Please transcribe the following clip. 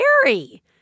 scary